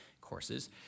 courses